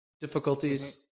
difficulties